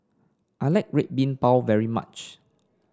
I like Red Bean Bao very much